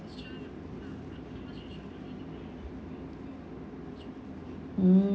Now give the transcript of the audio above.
mm